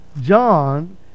john